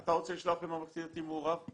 אתה רוצה לשלוח לממלכתי-דתי מעורב?